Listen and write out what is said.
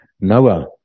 Noah